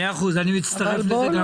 מאה אחוז, אני מצטרף לזה גם כן.